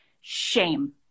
shame